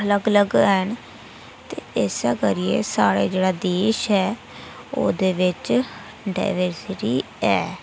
अलग अलग हैन ते इस्सै करियै साढ़ा जेह्ड़ा देश ऐ ओह्दे बिच्च डाइवर्सिटी ऐ